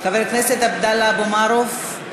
חבר הכנסת עבדאללה אבו מערוף,